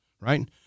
right